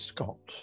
Scott